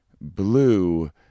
blue